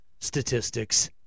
statistics